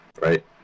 right